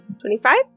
Twenty-five